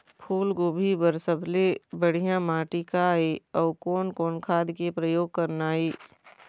फूलगोभी बर सबले बढ़िया माटी का ये? अउ कोन कोन खाद के प्रयोग करना ये?